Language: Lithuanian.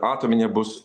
atominė bus